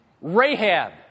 Rahab